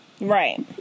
Right